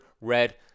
red